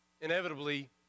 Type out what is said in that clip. Inevitably